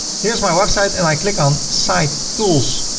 here's my website and i click on site tools.